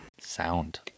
Sound